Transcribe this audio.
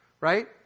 right